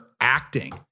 acting